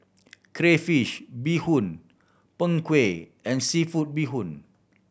crayfish beehoon Png Kueh and seafood bee hoon